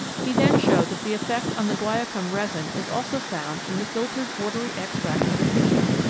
he then showed that the effect on the guaiacum resin is also found in the filtered watery extract of the tissue,